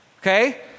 Okay